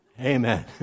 Amen